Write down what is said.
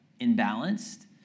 imbalanced